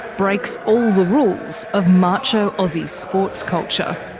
breaks all the rules of macho aussie sports culture.